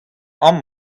amañ